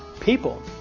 people